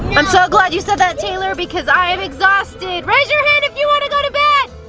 i'm so glad you said that taylor because i am exhausted. raise your hand if you want to go to bed.